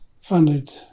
funded